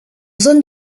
zone